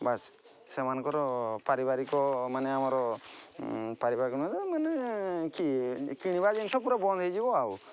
ବାସ ସେମାନଙ୍କର ପାରିବାରିକ ମାନେ ଆମର ପାରିବାରିକ ନେ କିଣିବା ଜିନିଷ ପୁରା ବନ୍ଦ ହୋଇଯିବ ଆଉ